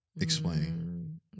Explain